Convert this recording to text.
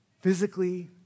physically